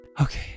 Okay